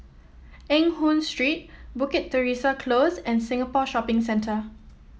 Eng Hoon Street Bukit Teresa Close and Singapore Shopping Centre